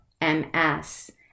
MS